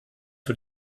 für